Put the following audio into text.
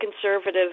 conservative